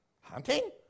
hunting